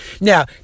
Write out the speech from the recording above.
Now